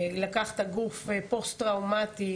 לקחת גוף פוסט-טראומטי,